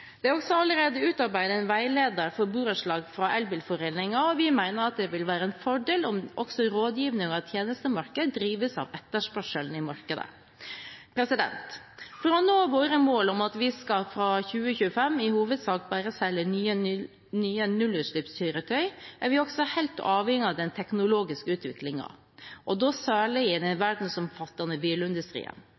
Det er også allerede utarbeidet en veileder for borettslag fra Elbilforeningen, og vi mener det vil være en fordel om også rådgivnings- og tjenestemarkedet drives av etterspørselen i markedet. For å nå våre mål om at vi fra 2025 i hovedsak bare skal selge nye nullutslippskjøretøy, er vi også helt avhengige av den teknologiske utviklingen, og da særlig i den verdensomfattende bilindustrien.